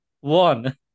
one